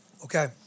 Okay